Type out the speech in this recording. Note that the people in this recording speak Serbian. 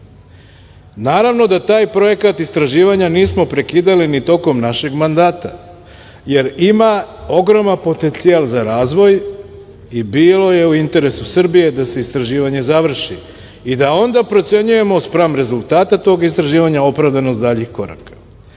Naravno da taj projekat istraživanja nismo prekidali ni tokom našeg mandata jer ima ogroman potencijal za razvoj i bilo je u interesu Srbije da se istraživanje završi i da onda procenjujemo spram rezultata tog istraživanja opravdanost daljih koraka.